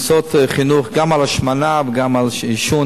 לעשות חינוך גם על השמנה וגם על עישון.